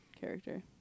character